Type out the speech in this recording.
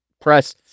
press